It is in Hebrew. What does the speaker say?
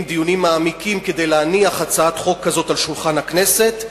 דיונים מעמיקים כדי להניח הצעת חוק כזאת על שולחן הכנסת.